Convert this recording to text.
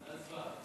הצבעה.